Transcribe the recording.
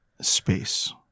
space